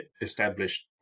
established